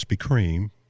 cream